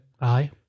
Aye